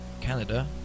Canada